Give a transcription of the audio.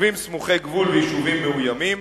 יישובים סמוכי גבול ויישובים מאוימים: